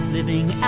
Living